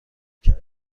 کرد